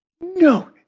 no